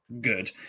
good